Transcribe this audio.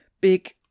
big